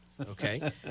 Okay